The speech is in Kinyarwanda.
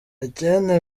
ikindi